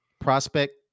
prospect